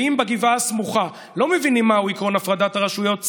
ואם בגבעה הסמוכה לא מבינים מהו עקרון הפרדת הרשויות,